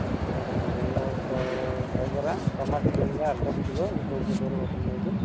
बरं बरं एक काय करा टमाटे देऊन द्या अर्धा किलो हे थोडंसं बरं वाटून राहिली